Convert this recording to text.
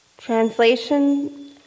Translation